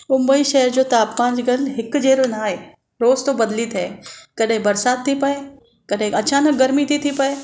मुम्बई शहर जो तापमान जेकर हिकु जहिड़ो न आहे रोज़ु थो बदिली थिए कॾहिं बरसात थी पए कॾहिं अचानक गर्मी थी थी पए